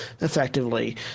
effectively